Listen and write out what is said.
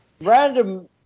Random